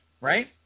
right